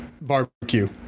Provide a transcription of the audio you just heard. barbecue